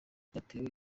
ryatewe